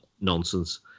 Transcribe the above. nonsense